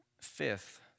fifth